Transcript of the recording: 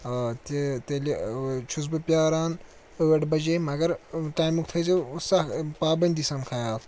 آ تہِ تیٚلہِ ٲں چھُس بہٕ پیٛاران ٲٹھ بَجے مگر ٲں ٹایمُک تھٲیزیٛو سخ ٲں پابنٛدی سان خیال